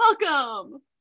Welcome